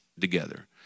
together